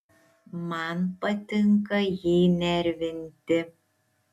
man patinka jį nervinti